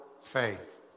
faith